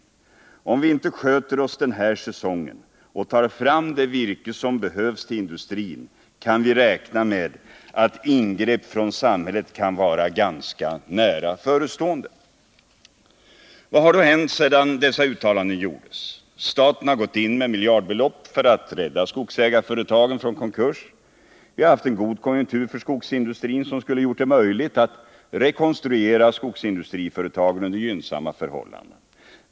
Om vi inte sköter oss den här säsongen och tar fram det virke som behövs till industrin, kan vi räkna med att ingrepp från samhället kan vara ganska nära förestående.” Vad har då hänt sedan dessa uttalanden gjordes? Staten har gått in med miljardbelopp för att rädda skogsägarföretagen från konkurs. Vi har haft en god konjunktur för skogsindustrin som skulle ha gjort det möjligt att rekonstruera skogsindustriföretagen under gynnsamma förhållanden.